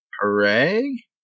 Hooray